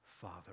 Father